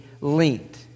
linked